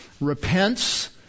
repents